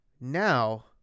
now